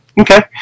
Okay